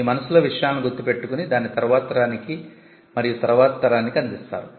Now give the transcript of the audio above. మీ మనస్సులో విషయాలను గుర్తు పెట్టుకుని దానిని తరువాతి తరానికి మరియు తరువాతి తరానికి అందిస్తారు